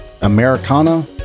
Americana